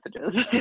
messages